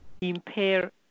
impair